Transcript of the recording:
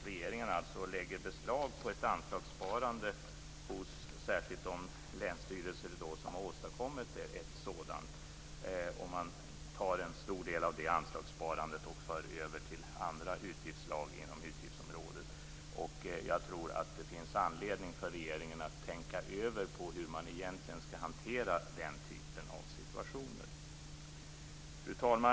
Regeringen lägger här nämligen beslag på anslagssparande hos de länsstyrelser som har åstadkommit ett sådant och för över en stor del av det till andra utgiftsslag inom utgiftsområdet. Jag tror att det finns anledning för regeringen att tänka över hur man egentligen skall hantera den typen av situationer. Fru talman!